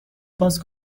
باز